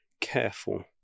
careful